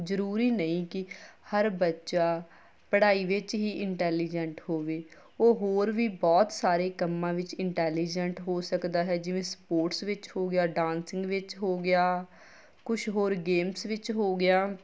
ਜ਼ਰੂਰੀ ਨਹੀਂ ਕਿ ਹਰ ਬੱਚਾ ਪੜ੍ਹਾਈ ਵਿੱਚ ਹੀ ਇੰਟੈਲੀਜੈਂਟ ਹੋਵੇ ਉਹ ਹੋਰ ਵੀ ਬਹੁਤ ਸਾਰੇ ਕੰਮਾਂ ਵਿੱਚ ਇੰਟੈਲੀਜੈਂਟ ਹੋ ਸਕਦਾ ਹੈ ਜਿਵੇਂ ਸਪੋਰਟਸ ਵਿੱਚ ਹੋ ਗਿਆ ਡਾਂਸਿੰਗ ਵਿੱਚ ਹੋ ਗਿਆ ਕੁਛ ਹੋਰ ਗੇਮਸ ਵਿੱਚ ਹੋ ਗਿਆ